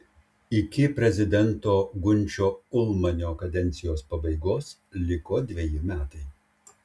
iki prezidento gunčio ulmanio kadencijos pabaigos liko dveji metai